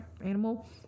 animal